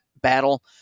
battle